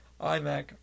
imac